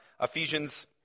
Ephesians